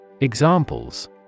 Examples